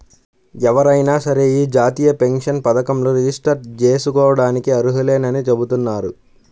ఎవరైనా సరే యీ జాతీయ పెన్షన్ పథకంలో రిజిస్టర్ జేసుకోడానికి అర్హులేనని చెబుతున్నారు